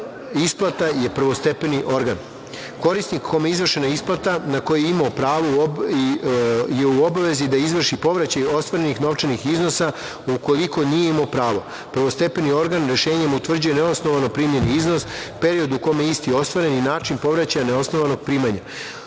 isplata je prvostepeni organ. Korisnik kome je izvršena isplata na koje je imao pravo je u obavezi da izvrši povraćaj ostvarenih novčanih iznosa ukoliko nije imao pravo. Prvostepeni organ rešenjem utvrđuje neosnovano primljeni iznos, period u kome je isti ostvaren i način povraćaja neosnovanog primanja. Novčana